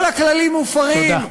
כל הכללים מופרים,